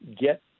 get